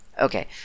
okay